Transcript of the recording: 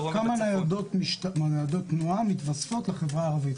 כמה ניידות תנועה מתווספות לחברה הערבית?